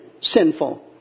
sinful